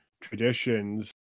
traditions